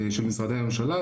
של משרדי הממשלה,